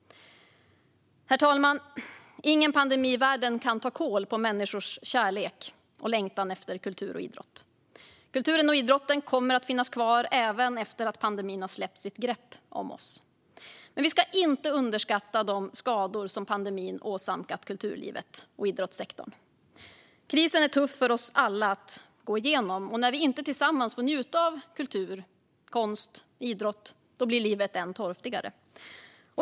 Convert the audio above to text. Herr talman! Ingen pandemi i världen kan ta kål på människors kärlek till och längtan efter kultur och idrott. Kulturen och idrotten kommer att finnas kvar även efter att pandemin har släppt sitt grepp om oss. Men vi ska inte underskatta de skador som pandemin åsamkat kulturlivet och idrottssektorn. Krisen är tuff för oss alla att gå igenom, och när vi inte tillsammans får njuta av kultur, konst och idrott blir livet än torftigare.